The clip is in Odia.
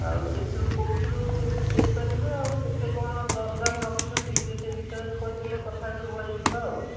ଆଉ ସେଥିରୁ କେଉଁଥିରୁ କେତେ ଦେଇପାରିବେ ଆଉ କେତେ କ'ଣ ଦରଦାମ୍ ରଖିଛନ୍ତି ଟିକିଏ ସେଇ ବିଷୟରେ କହିଦେଲେ କଥାହେଲେ ଭଲ ହେଇଯାଇଥାନ୍ତା ଆଉ